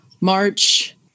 March